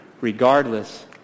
regardless